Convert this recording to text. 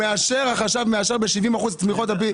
החשב מאשר בשבעים אחוזים תמיכות.